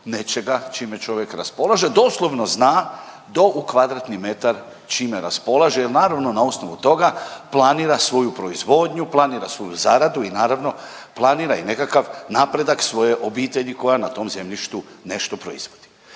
nečega čime čovjek raspolaže. Doslovno zna do u kvadratni metar čime raspolaže jer naravno na osnovu toga planira svoju proizvodnju, planira svoju zaradu i naravno planira i nekakav napredak svoje obitelji koja na tom zemljištu nešto proizvodi.